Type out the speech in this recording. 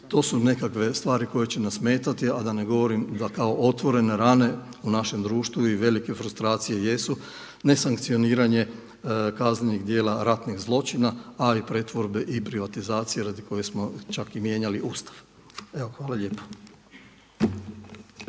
to su nekakve stvari koje će nas smetati, a da ne govorim da kao otvorene rane u našem društvu i velike frustracije jesu nesankcioniranje kaznenih djela ratnih zločina ali i pretvorbe i privatizacije radi koje smo čak i mijenjali Ustav. Evo hvala lijepo.